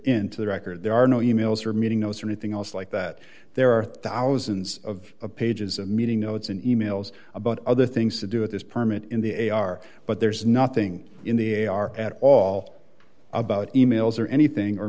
into the record there are no emails or meeting notes or anything else like that there are thousands of pages of meeting notes and emails about other things to do at this permit in the a r but there's nothing in the a r at all about emails or anything or